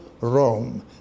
Rome